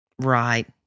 Right